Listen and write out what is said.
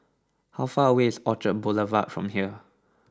how far away is Orchard Boulevard from here